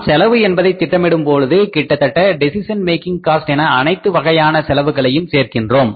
நாம் செலவு என்பதை திட்டமிடும்போது கிட்டத்தட்ட டெசிஷன் மேக்கிங் காஸ்ட் என அனைத்து வகையான செலவுகளையும் சேர்க்கிறோம்